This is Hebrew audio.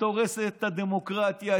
את הורסת את הדמוקרטיה,